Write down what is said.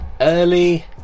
early